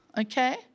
okay